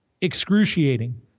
Excruciating